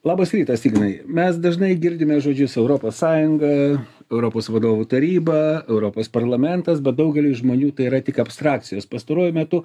labas rytas ignai mes dažnai girdime žodžius europos sąjunga europos vadovų taryba europos parlamentas bet daugeliui žmonių tai yra tik abstrakcijos pastaruoju metu